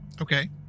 Okay